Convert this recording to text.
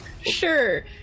sure